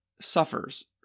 suffers